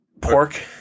Pork